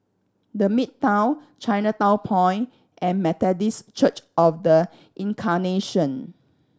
The Midtown Chinatown Point and Methodist Church Of The Incarnation